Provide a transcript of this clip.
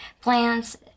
plants